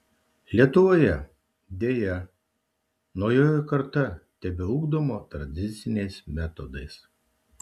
lietuvoje deja naujoji karta tebeugdoma tradiciniais metodais